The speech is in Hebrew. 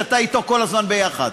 שאתה אתו כל הזמן ביחד,